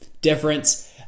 difference